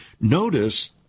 Notice